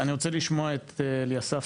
זה שוב פתרון ששם את רוב המשקל בידיו של החייל